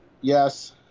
yes